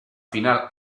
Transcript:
final